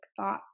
thoughts